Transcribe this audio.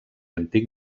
antic